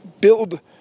build